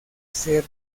ser